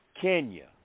Kenya